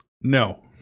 No